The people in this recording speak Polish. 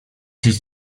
się